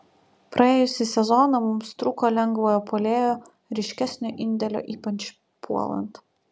praėjusį sezoną mums trūko lengvojo puolėjo ryškesnio indėlio ypač puolant